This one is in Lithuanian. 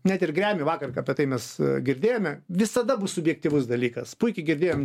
net ir grammy vakar apie tai mes girdėjome visada bus subjektyvus dalykas puikiai girdėjom